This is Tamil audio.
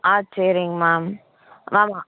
ஆ சரிங்க மேம் மேம்